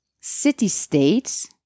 city-states